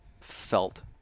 felt